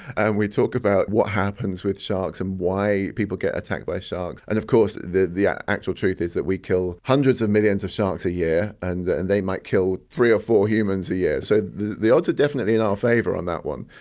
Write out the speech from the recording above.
and we talked about what happens with sharks and why people get attacked by sharks. and of course the the actual truth is that we kill hundreds of millions of sharks yeah a year and they might kill three or four humans a year. so the the odds are definitely in our favour on that one.